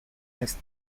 test